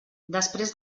després